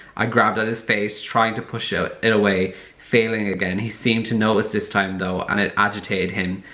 i grabbed at his face trying to push it it away failing again he seemed to notice this time though and it agitated him.